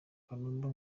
kanumba